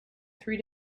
three